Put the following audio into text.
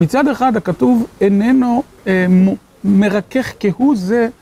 בצד אחד הכתוב איננו מרכך כהוא זה.